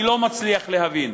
אני לא מצליח להבין.